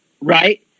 right